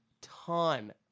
ton